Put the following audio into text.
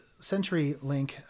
CenturyLink